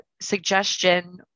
suggestion